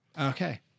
okay